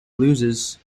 loses